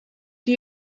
die